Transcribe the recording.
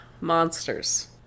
Monsters